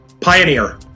Pioneer